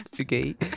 Okay